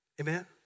Amen